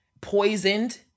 poisoned